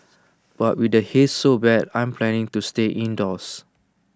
but with the haze so bad I'm planning to stay indoors